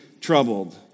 troubled